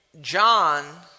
John